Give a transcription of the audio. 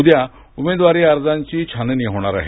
उद्या उमेदवारी अर्जांची छाननी होणार आहे